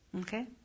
Okay